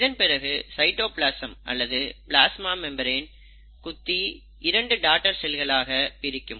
இதன் பிறகு சைட்டோபிளாசம் அல்லது பிளாஸ்மா மெம்பரேன் குத்தி இரண்டு டாடர் செல்களாக பிரிக்கும்